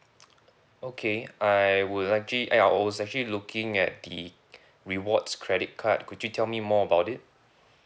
okay I would actually eh uh I was actually looking at the rewards credit card could you tell me more about it